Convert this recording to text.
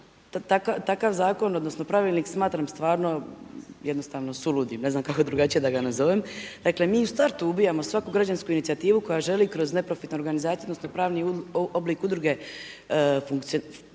Takav zakon, odnosno pravilnik smatram jednostavno suludim, ne znam kako drugačije da ga nazovem. Dakle mi u startu ubijamo svaku građansku inicijativu koja želi kroz neprofitne organizacije odnosno pravni oblik udruge funkcionirati,